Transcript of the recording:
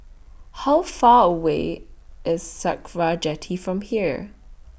How Far away IS Sakra Jetty from here